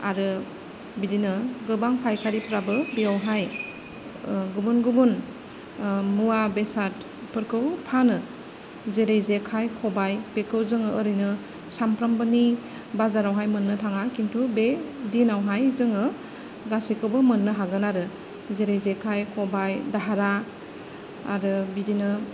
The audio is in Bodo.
आरो बिदिनो गोबां फायखारिफ्राबो बेयावहाय गुबुन गुबुन मुवा बेसादफोरखौ फानो जेरै जेखाइ खबाय बेखौ जोङो ओरैनो सामफ्रामबोनि बाजारावहाय मोननो थाङा खिन्थु बे दिनावहाय जोङो गासैखौबो मोननो हागोन आरो जेरै जेखाइ खबाय धारा आरो बिदिनो